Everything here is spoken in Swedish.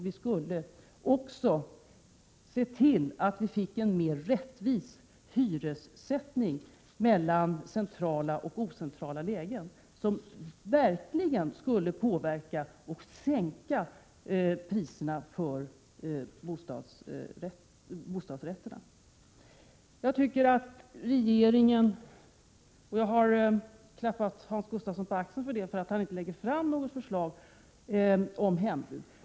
Vi skulle också se till att det blev en mera rättvis hyressättning när det gäller dels centrala, dels ocentrala lägen. Det skulle verkligen påverka och sänka priserna på bostadsrätterna. Jag har klappat Hans Gustafsson på axeln för att han inte lägger fram något förslag om hembud.